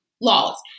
laws